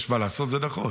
יש מה לעשות, זה נכון.